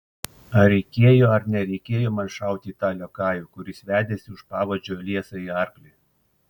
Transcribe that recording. ar reikėjo ar nereikėjo man šauti į tą liokajų kuris vedėsi už pavadžio liesąjį arklį